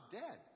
dead